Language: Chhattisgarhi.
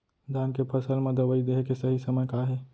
धान के फसल मा दवई देहे के सही समय का हे?